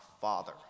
Father